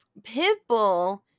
Pitbull